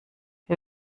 wir